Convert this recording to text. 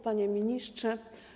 Panie Ministrze!